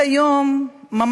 תשמעי, אין, על כל, ודאי.